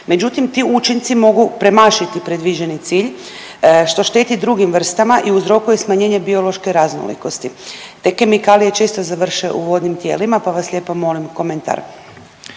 Međutim, ti učinci mogu premašiti predviđeni cilj što šteti drugim vrstama i uzrokuje smanjenje biološke raznolikosti. Te kemikalije često završe u vodnim tijelima pa vas lijepo molim komentar.